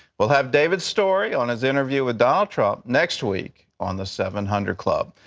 we'll have david's story on his interview with donald trump next week on the seven hundred club.